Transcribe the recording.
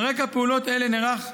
על רקע פעולות אלה נערך,